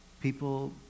people